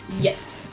Yes